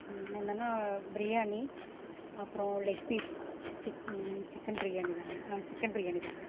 என்னன்னன்னால் பிரியாணி அப்புறோம் leg piece chick chicken பிரியாணிதாங்க ஆ சிக்கன் பிரியாணிதாங்க